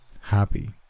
happy